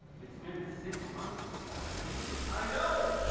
it's been six months since i've seen you? i know!